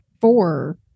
four